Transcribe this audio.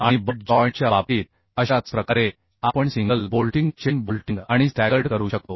आणि बट जॉइंटच्या बाबतीत अशाच प्रकारे आपण सिंगल बोल्टिंग चेन बोल्टिंग आणि स्टॅगर्ड करू शकतो